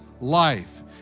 life